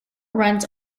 runs